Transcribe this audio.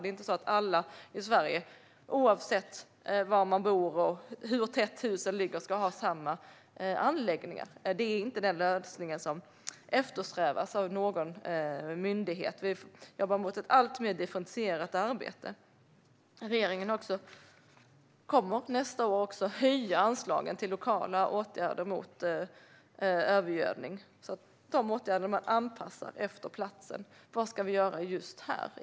Det är inte på det sättet att alla i Sverige ska ha samma anläggningar, oavsett var man bor och hur tätt husen ligger. Den lösningen eftersträvas inte av någon myndighet. Vi jobbar mot ett alltmer differentierat arbete. Nästa år kommer regeringen också att höja anslagen till lokala åtgärder mot övergödning, så att åtgärderna kan anpassas efter platsen. Vad ska vi göra just här?